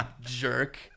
jerk